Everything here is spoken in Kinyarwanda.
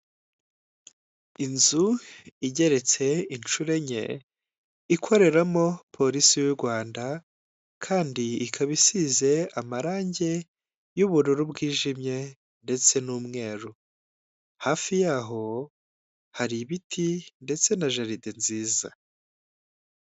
Inzu igeretse inshuro enye, ikoreramo polisi y'u Rwanda kandi ikaba isize amarangi y'ubururu bwijimye ndetse n'umweru, hafi y'aho hari ibiti ndetse na jaride nziza.